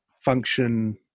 function